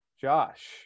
Josh